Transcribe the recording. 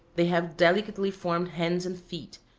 they have delicately-formed hands and feet,